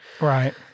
Right